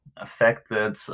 affected